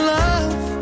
love